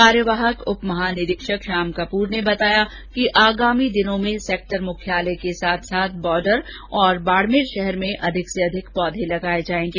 कार्यवाहक उप महानिरीक्षक शाम कपूर ने बताया कि आगामी दिनों में सेक्टर मुख्यालय के साथ बोर्डर और बाड़मेर शहर में अधिकाधिक पौधे लगाये जायेंगे